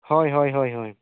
ᱦᱳᱭ ᱦᱳᱭ ᱦᱳᱭ